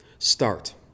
Start